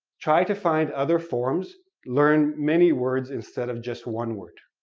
try to find other forms, learn many words instead of just one word,